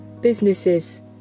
businesses